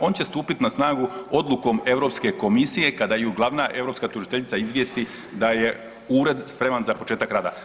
On će stupiti na snagu odlukom EU komisije kada ju glavna europska tužiteljica izvijesti da je Ured spreman za početak rada.